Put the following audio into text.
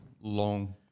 long